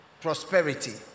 prosperity